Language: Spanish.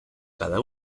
cada